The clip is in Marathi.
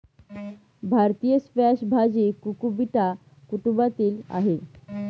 भारतीय स्क्वॅश भाजी कुकुबिटा कुटुंबातील आहे